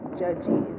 judgy